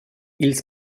ils